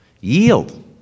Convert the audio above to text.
Yield